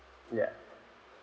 yup